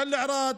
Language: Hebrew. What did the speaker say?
תל ערד,